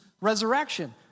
resurrection